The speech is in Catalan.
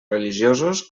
religiosos